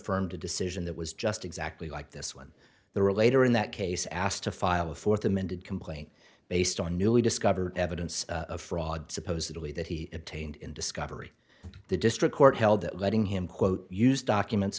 affirmed a decision that was just exactly like this when the relator in that case asked to file a fourth amended complaint based on newly discovered evidence of fraud supposedly that he obtained in discovery the district court held that letting him quote use documents